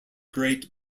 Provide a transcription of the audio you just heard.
great